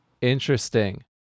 interesting